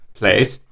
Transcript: place